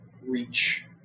reach